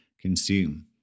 consume